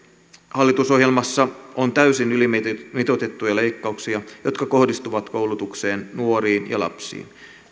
hallitusohjelmassa on täysin ylimitoitettuja leikkauksia jotka kohdistuvat koulutukseen nuoriin ja lapsiin